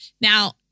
Now